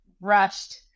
rushed